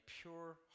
pure